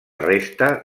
resta